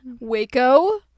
Waco